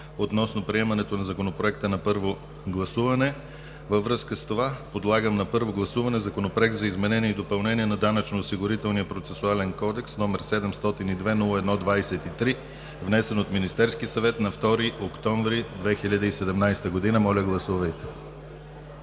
относно приемането на Законопроекта на първо гласуване. Във връзка с това подлагам на първо гласуване Законопроект за изменение и допълнение на Данъчно-осигурителния процесуален кодекс, № 702-01-23, внесен от Министерския съвет на 2 октомври 2017 г., който